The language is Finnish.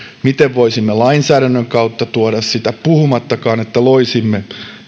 miten voisimme lainsäädännön kautta tuoda sitä puhumattakaan että loisimme